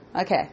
Okay